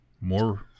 more